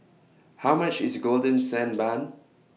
How much IS Golden Sand Bun